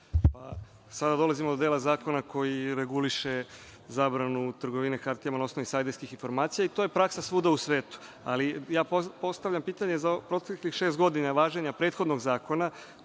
Sada dolazimo do dela zakona koji reguliše zabranu trgovine hartijama na osnovu insajderskih informacija i to je praksa svuda u svetu. Ali, ja postavljam pitanje, za proteklih šest godina važenja prethodnog zakona,